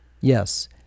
Yes